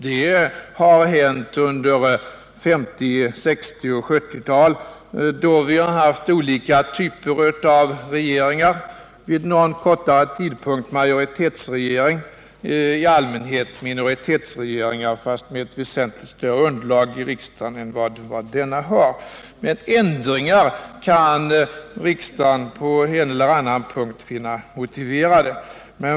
Det har hänt under 1950-, 1960 och 1970-talen då vi har haft olika typer av regeringar — under någon kortare tid majoritetsregering och i allmänhet minoritetsregeringar, men med väsentligt större underlag i riksdagen än vad denna har. Men ändringar kan riksdagen på en eller annan punkt finna motiverade.